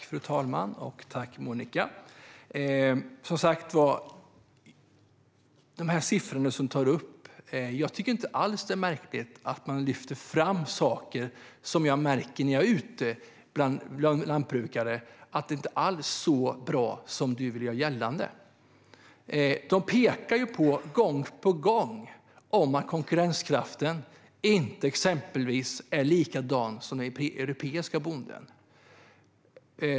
Fru talman! Apropå de siffror som du, Monica Haider, tar upp tycker jag inte alls att det är märkligt att jag lyfter fram saker som jag märker när jag är ute bland lantbrukare och att det inte alls är så bra som du vill göra gällande. De påpekar exempelvis gång på gång att konkurrenskraften inte är densamma som för europeiska bönder.